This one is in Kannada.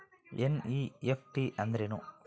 ಎನ್.ಇ.ಎಫ್.ಟಿ ಅಂದ್ರೆನು?